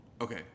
Okay